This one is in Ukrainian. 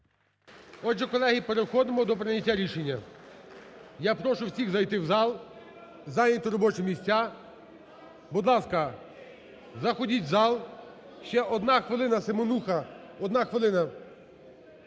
Отже, колеги, переходимо до прийняття рішення. Я прошу всіх зайти в зал, зайняти робочі місця. Будь ласка, заходіть в зал. Ще одна хвилина Семенуха. Одна хвилина,